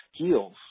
skills